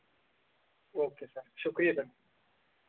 okay sir शुक्रिया sir